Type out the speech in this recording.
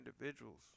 individuals